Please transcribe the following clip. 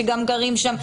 שגם גרים שם,